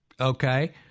Okay